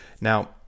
Now